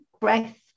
breath